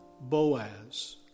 Boaz